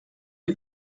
sie